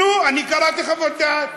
נו, אני קראתי חוות דעת